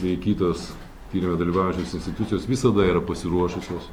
bei kitos tyrime dalyvaujančios institucijos visada yra pasiruošusios